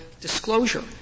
disclosure